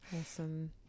Awesome